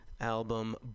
Album